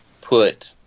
put